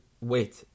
wait